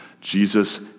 Jesus